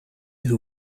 who